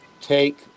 take